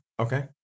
Okay